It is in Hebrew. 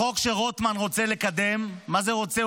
החוק שרוטמן רוצה לקדם, מה זה רוצה?